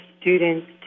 students